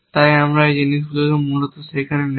তাই আমরা জানি যে সেই জিনিসগুলি মূলত সেখানে নেই